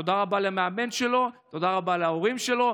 תודה רבה למאמן שלו, תודה רבה להורים שלו.